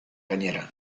gainera